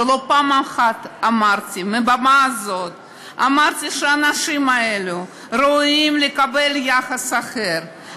לא פעם אחת אמרתי מהבמה הזאת שהאנשים האלה ראויים לקבל יחס אחר.